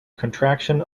contraction